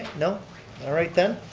no? all right then,